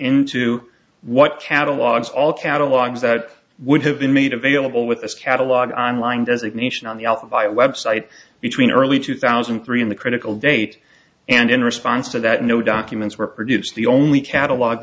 into what catalogs all catalogs that would have been made available with this catalog on line designation on the l five website between early two thousand and three and the critical date and in response to that no documents were produced the only catalogue